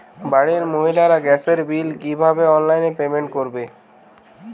বাড়ির মহিলারা গ্যাসের বিল কি ভাবে অনলাইন পেমেন্ট করবে?